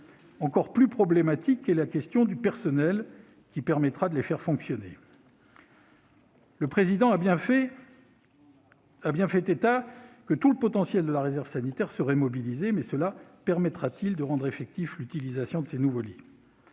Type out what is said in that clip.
Encore plus problématique est la question du personnel qui permettra de les faire fonctionner. Le Président de la République a bien précisé que tout le potentiel de la réserve sanitaire serait mobilisé, mais cela permettra-t-il de rendre effective l'utilisation de ces nouveaux lits ?